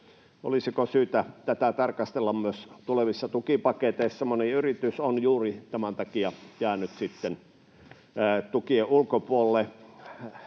Olisiko syytä tätä tarkastella myös tulevissa tukipaketeissa? Moni yritys on juuri tämän takia jäänyt tukien ulkopuolelle.